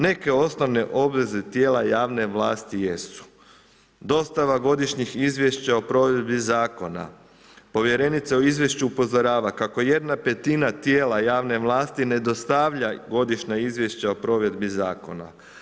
Neke osnovne obveze tijela javne vlasti jesu; dostava godišnjih izvješća o provedbi zakona, povjerenica u izvješću upozorava kako jedna petina tijela javne vlasti ne dostavlja godišnja izvješća o provedbi zakona.